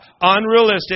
unrealistic